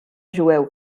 jueu